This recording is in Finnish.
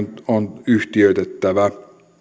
on yhtiöitettävä